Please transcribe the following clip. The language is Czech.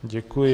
Děkuji.